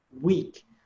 week